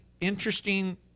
interesting